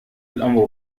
الأمر